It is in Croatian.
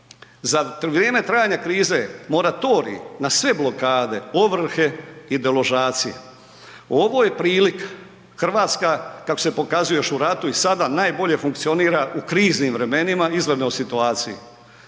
Za vrijeme trajanja krize moratorij na sve blokade, ovrhe i deložacije. Ovo je prilika, Hrvatska, kako se pokazuje još u ratu i sada, najbolje funkcionira u kriznim vremenima i u izvanrednoj situaciji,